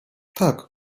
tak